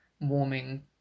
warming